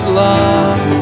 love